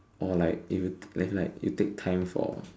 or like if you as in like you take time for